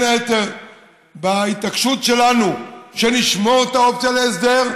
היתר בהתעקשות שלנו שנשמור את האופציה להסדר,